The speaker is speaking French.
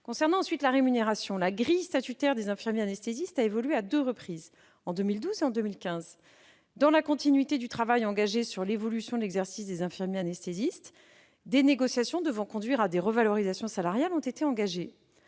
Concernant ensuite la rémunération, la grille statutaire des infirmiers anesthésistes a évolué à deux reprises, en 2012 et en 2015. Dans la continuité du travail engagé sur l'évolution de l'exercice du métier, des négociations devant conduire à des revalorisations salariales ont été engagées.